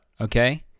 okay